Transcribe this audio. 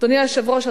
אדוני היושב-ראש,